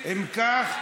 אם כך,